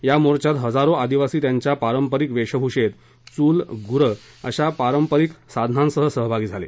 या मोर्चात हजारो आदिवासी त्यांच्या पारंपारिक वेशभूषेत चूल गुरं अशा पारंपारिक साधनांसह सहभागी झाले